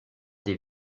des